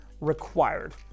required